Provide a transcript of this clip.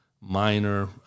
minor